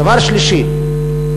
דבר שלישי,